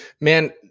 Man